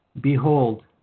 behold